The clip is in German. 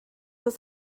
das